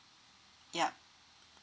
ya